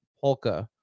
polka